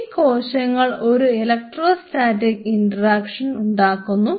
ഈ കോശങ്ങൾ ഒരു ഇലക്ട്രോസ്റ്റാറ്റിക് ഇൻട്രാക്ഷൻ ഉണ്ടാക്കുന്നു